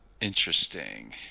Interesting